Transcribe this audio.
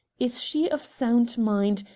is she of sound mind,